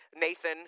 Nathan